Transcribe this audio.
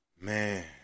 Man